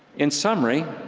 in summary,